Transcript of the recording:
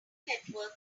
network